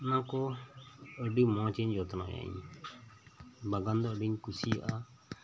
ᱚᱱᱟ ᱠᱚ ᱟᱰᱤ ᱢᱚᱸᱡᱽ ᱤᱧ ᱡᱚᱛᱱᱚᱭᱟᱹᱧ ᱵᱟᱜᱟᱱ ᱫᱚ ᱟᱰᱤᱧ ᱠᱩᱥᱤᱣᱟᱜᱼᱟ